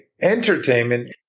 entertainment